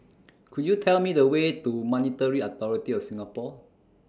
Could YOU Tell Me The Way to Monetary Authority of Singapore